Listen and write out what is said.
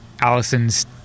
allison's